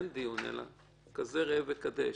אין דיון, אלא כזה ראה וקדש.